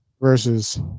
Versus